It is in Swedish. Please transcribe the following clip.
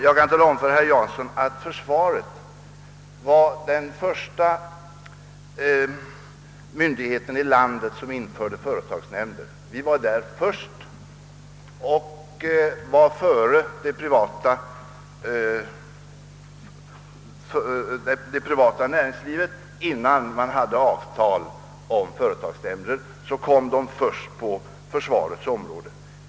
Jag kan tala om för herr Jansson att innan avtal om företagsnämnder ännu fanns hade försvaret som första myndighet i landet infört företagsnämnder. Vi var sålunda före det privata näringslivet härmed.